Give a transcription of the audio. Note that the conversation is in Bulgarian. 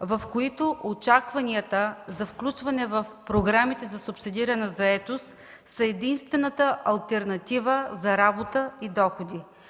в които очакванията за включване в програмите за субсидирана заетост са единствената алтернатива за работа и доходи.